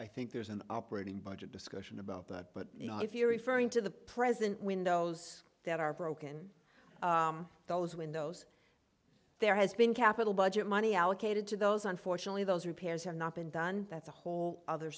i think there's an operating budget discussion about that but if you're referring to the present windows that are broken those windows there has been capital budget money allocated to those unfortunately those repairs have not been done that's a whole other